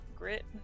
Grit